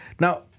Now